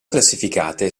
classificate